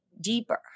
deeper